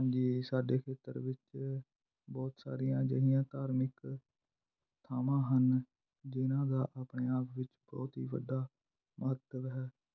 ਹਾਂਜੀ ਸਾਡੇ ਖੇਤਰ ਵਿੱਚ ਬਹੁਤ ਸਾਰੀਆਂ ਅਜਿਹੀਆਂ ਧਾਰਮਿਕ ਥਾਵਾਂ ਹਨ ਜਿਨ੍ਹਾਂ ਦਾ ਆਪਣੇ ਆਪ ਵਿੱਚ ਬਹੁਤ ਹੀ ਵੱਡਾ ਮਹੱਤਵ ਹੈ